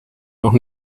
noch